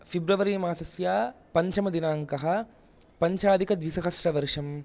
February मासस्य पञ्चमदिनाङ्कः पञ्चाधिकद्विसहस्रवर्षम्